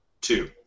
Two